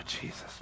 Jesus